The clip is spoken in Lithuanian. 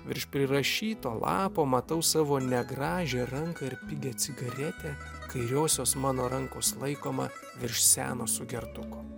virš prirašyto lapo matau savo negražią ranką ir pigią cigaretę kairiosios mano rankos laikomą virš seno sugertuko